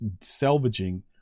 salvaging